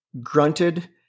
grunted